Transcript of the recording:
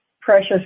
precious